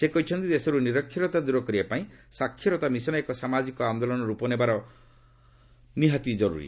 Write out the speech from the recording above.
ସେ କହିଛନ୍ତି ଦେଶରୁ ନିରକ୍ଷରତା ଦୂର କରିବାପାଇଁ ସାକ୍ଷରତା ମିଶନ୍ ଏକ ସାମାଜିକ ଆନ୍ଦୋଳନର ରୂପ ନେବାର ଆବଶ୍ୟକ ରହିଛି